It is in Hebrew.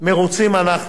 מרוצים אנחנו.